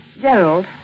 Gerald